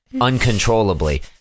Uncontrollably